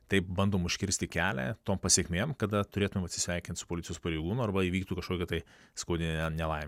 taip bandom užkirsti kelią tom pasekmėm kada turėtumėm atsisveikint su policijos pareigūnu arba įvyktų kažkokia tai skaudi nelaimė